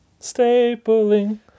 stapling